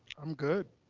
i'm good.